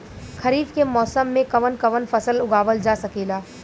खरीफ के मौसम मे कवन कवन फसल उगावल जा सकेला?